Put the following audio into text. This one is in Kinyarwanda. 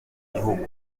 igihugu